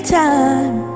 time